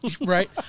Right